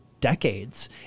decades